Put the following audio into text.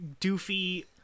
doofy